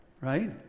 right